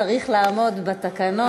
צריך לעמוד בתקנון.